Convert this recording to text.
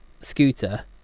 scooter